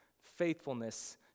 faithfulness